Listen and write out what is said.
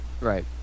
Right